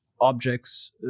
objects